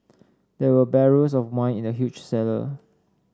there were barrels of wine in the huge cellar